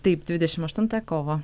taip dvidešim aštuntą kovo